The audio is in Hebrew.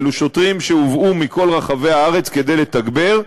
אלה שוטרים שהובאו מכל רחבי הארץ כדי לתגבר,